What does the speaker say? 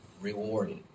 rewarded